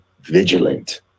vigilant